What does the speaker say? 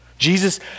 Jesus